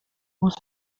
muss